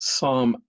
Psalm